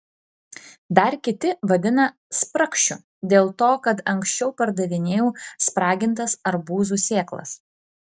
dar kiti vadina spragšiu dėl to kad anksčiau pardavinėjau spragintas arbūzų sėklas